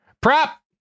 prop